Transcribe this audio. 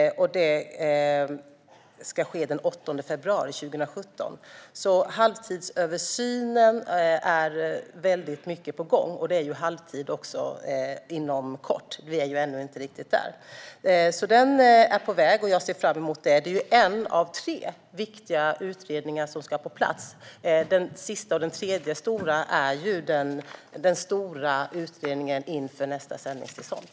Detta möte ska äga rum den 8 februari 2017. Halvtidsöversynen är på gång. Halvtid är ju dessutom inom kort - vi är ännu inte riktigt där. Halvtidsöversynen är alltså på väg, och jag ser fram emot den. Den är en av tre viktiga utredningar som ska på plats. Den tredje och sista är den stora utredningen inför nästa sändningstillstånd.